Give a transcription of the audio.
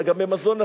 אלא גם במזון נפשי,